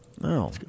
No